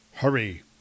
hurry